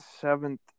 seventh